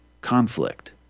conflict